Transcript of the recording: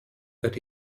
that